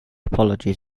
apology